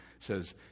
says